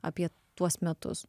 apie tuos metus